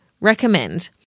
recommend